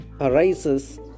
arises